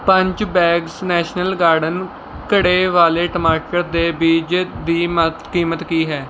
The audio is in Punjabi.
ਪੰਜ ਬੈਗਜ਼ ਨੈਸ਼ਨਲ ਗਾਰਡਨ ਘੜੇ ਵਾਲੇ ਟਮਾਟਰ ਦੇ ਬੀਜ ਦੀ ਮਾ ਕੀਮਤ ਕੀ ਹੈ